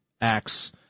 acts